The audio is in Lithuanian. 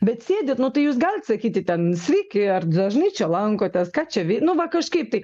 bet sėdit nu tai jūs galit sakyti ten sveiki ar dažnai čia lankotės ką čia vei nu va kažkaip tai